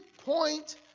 Point